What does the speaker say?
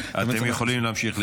אתם יכולים להמשיך לדבר.